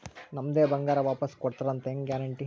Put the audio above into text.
ನಮ್ಮದೇ ಬಂಗಾರ ವಾಪಸ್ ಕೊಡ್ತಾರಂತ ಹೆಂಗ್ ಗ್ಯಾರಂಟಿ?